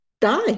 die